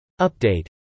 Update